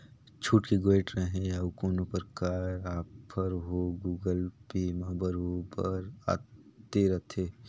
छुट के गोयठ रहें या अउ कोनो परकार आफर हो गुगल पे म बरोबर आते रथे